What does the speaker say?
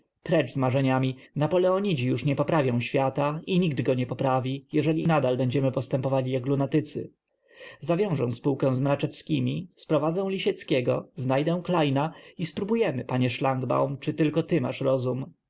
precz z marzeniami napoleonidzi już nie poprawią świata i nikt go nie poprawi jeżeli i nadal będziemy postępować jak lunatycy zawiążę spółkę z mraczewskimi sprowadzę lisieckiego znajdę klejna i spróbujemy panie szlangbaum czy tylko ty masz rozum